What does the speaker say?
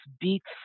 Beats